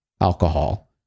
alcohol